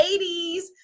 80s